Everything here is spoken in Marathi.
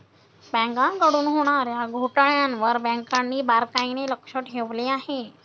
बँकांकडून होणार्या घोटाळ्यांवर बँकांनी बारकाईने लक्ष ठेवले आहे